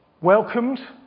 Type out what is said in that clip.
welcomed